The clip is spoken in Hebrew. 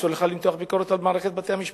אסור לך למתוח ביקורת על מערכת בתי-המשפט.